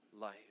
life